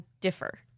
differ